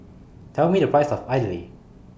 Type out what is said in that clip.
Tell Me The Price of Idly